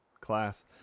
class